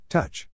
Touch